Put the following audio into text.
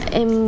em